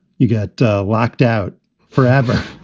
you got locked out forever.